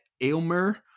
Aylmer